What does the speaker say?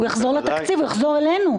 הוא יחזור לתקציב, הוא יחזור אלינו.